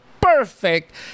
perfect